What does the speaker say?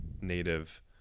native